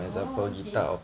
orh okay